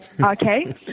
Okay